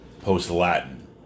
post-Latin